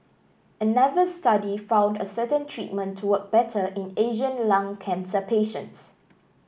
another study found a certain treatment to work better in Asian lung cancer patients